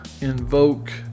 invoke